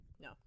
No